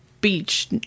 beach